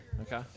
Okay